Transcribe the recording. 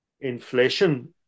inflation